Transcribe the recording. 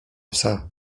psa